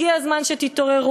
הגיע הזמן שתתעוררו,